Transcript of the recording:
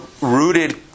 rooted